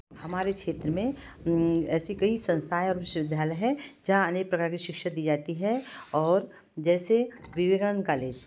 हमारे क्षेत्र में ऐसी कई संस्थाएँ और विश्वविद्यालय हैं जहाँ अनेक प्रकार की शिक्षा दी जाती है और जैसे विवेकानन्द कॉलेज